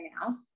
now